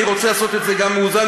אני רוצה לעשות את זה גם מאוזן,